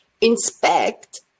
inspect